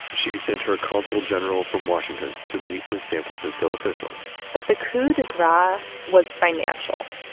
she sent her cultural general from washington to meet with san francisco officials but the coup de gras was financial.